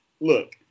Look